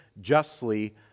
justly